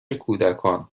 کودکان